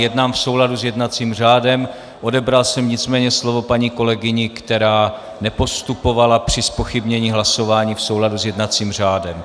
Jednám v souladu s jednacím řádem, odebral jsem nicméně slovo paní kolegyni, která nepostupovala při zpochybnění hlasování v souladu s jednacím řádem.